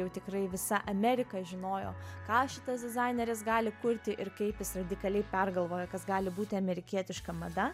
jau tikrai visa amerika žinojo ką šitas dizaineris gali kurti ir kaip jis radikaliai pergalvoja kas gali būti amerikietiška mada